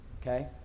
okay